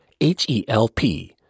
H-E-L-P